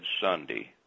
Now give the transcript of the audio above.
Sunday